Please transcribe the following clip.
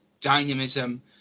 dynamism